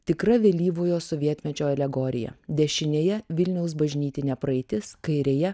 tikra vėlyvojo sovietmečio alegorija dešinėje vilniaus bažnytinė praeitis kairėje